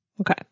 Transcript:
Okay